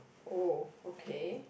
oh okay